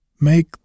make